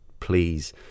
Please